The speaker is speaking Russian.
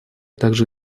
также